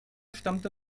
stammte